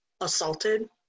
assaulted